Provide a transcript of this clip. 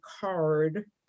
card